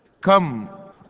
come